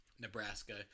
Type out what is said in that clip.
Nebraska